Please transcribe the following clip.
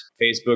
Facebook